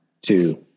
two